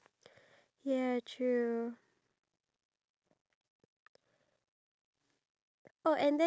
ya I okay so I learn in school right that every one of us have our own dreams but